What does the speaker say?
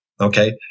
Okay